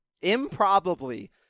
improbably